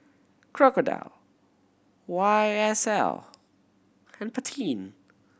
Crocodile Y S L Pantene